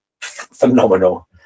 phenomenal